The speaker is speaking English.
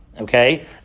Okay